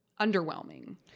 underwhelming